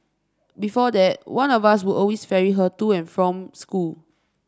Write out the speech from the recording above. before that one of us would always ferry her to and from school